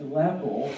level